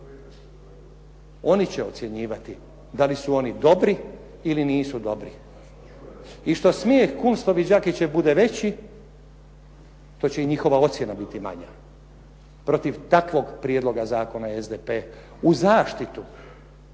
Oni će ocjenjivati da li su oni dobri ili nisu dobri. I što smijeh Kunstov i Đakićev bude veći to će i njihova ocjena biti manja. Protiv takvog prijedloga zakona SDP u zaštitu